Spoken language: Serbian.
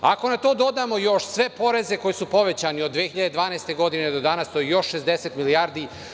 Ako na to dodamo još sve poreze koji su povećani od 2012. godine do danas, to je još 60 milijardi.